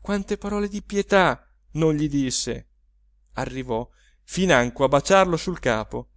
quante parole di pietà non gli disse arrivò finanche a baciarlo sul capo